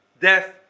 death